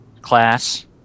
class